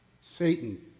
Satan